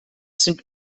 sind